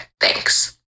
Thanks